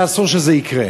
אסור שזה יקרה.